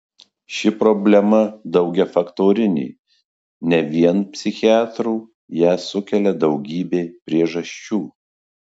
ši problema daugiafaktorinė ne vien psichiatrų ją sukelia daugybė priežasčių